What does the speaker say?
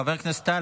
חבר כנסת טל,